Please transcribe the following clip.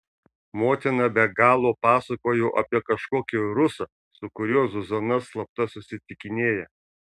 motina be galo pasakojo apie kažkokį rusą su kuriuo zuzana slapta susitikinėja